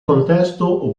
contesto